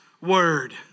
word